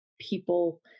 people